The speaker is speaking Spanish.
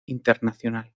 internacional